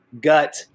gut